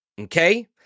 Okay